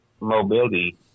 mobility